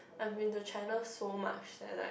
I went to China so much that like